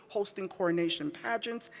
hosting coronation pageants,